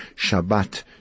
Shabbat